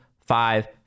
five